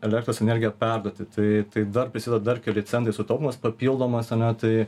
elektros energiją perduoti tai tai dar prisideda dar keli centai sutaupymas papildomas ane tai